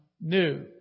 new